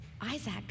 Isaac